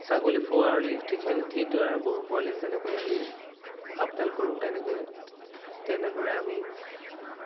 ছাগলী পোৱালি ঠিক সেনে সেইদৰে গৰু পোৱালি যেনেকৈ আমি আপদাল কৰোঁ তেনেকে তেনেদৰে আমি